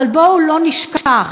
אבל בואו לא נשכח: